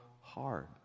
hard